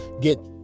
get